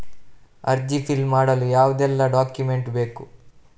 ಅರ್ಜಿ ಫಿಲ್ ಮಾಡಲು ಯಾವುದೆಲ್ಲ ಡಾಕ್ಯುಮೆಂಟ್ ಬೇಕು?